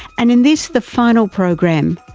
and in this, the final program,